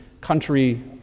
country